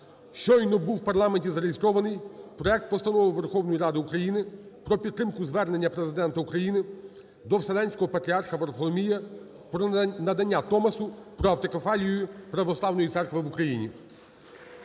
Щойно був в парламенті зареєстрований проект Постанови Верховної Ради України про підтримку звернення Президента України до Вселенського Патріарха Варфоломія про надання Томосу про автокефалію Православної Церкви в Україні.